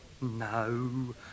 No